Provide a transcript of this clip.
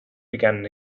began